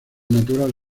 natural